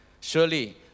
Surely